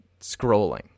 scrolling